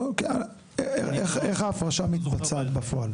איך ההפרשה מתבצעת בפועל?